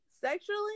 sexually